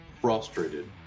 frustrated